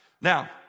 Now